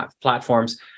platforms